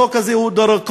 החוק הזה הוא דרקוני,